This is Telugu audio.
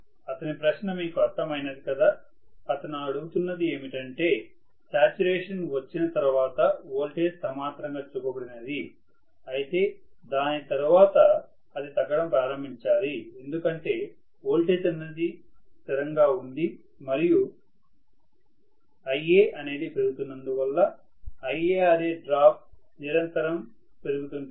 అతని ప్రశ్న మీకు అర్థం అయినది కదా అతను అడుగుతుంన్నది ఏమిటంటే సాచ్యురేషన్ వచ్చిన తర్వాత ఓల్టేజ్ సమాంతరంగా చూపబడినది అయితే దాని తర్వాత అది తగ్గడం ప్రారంభించాలి ఎందుకంటే వోల్టేజ్ అనేది స్థిరంగా ఉంది మరియు Iaపెరుగుతున్నందువల్ల IaRaడ్రాప్ నిరంతరం పెరుగుతుంటుంది